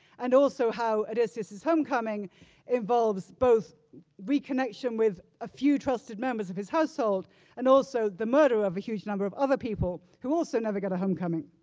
and also how odysseus' homecoming involves both reconnection with a few trusted members of his household and also the murder of a huge number of other people who also never got a homecoming.